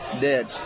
dead